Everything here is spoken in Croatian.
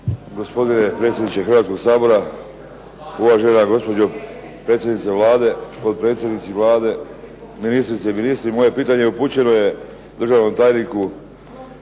Gospodine predsjedniče Hrvatskog sabora, uvažena gospođo predsjednice Vlade, potpredsjednici Vlade, ministrice i ministri. Moje pitanje upućeno je državnom tajniku